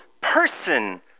person